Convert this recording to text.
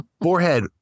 Forehead